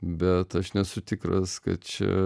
bet aš nesu tikras kad čia